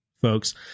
folks